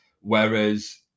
whereas